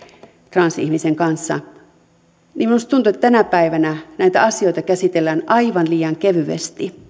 transihmisen kanssa tuntuu että tänä päivänä näitä asioita käsitellään aivan liian kevyesti